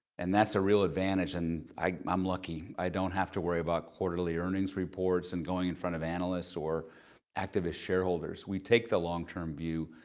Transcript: and that's a real advantage. and i'm lucky. i don't have to worry about quarterly earnings reports and going in front of analysts or activist shareholders. we take the long-term view.